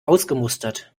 ausgemustert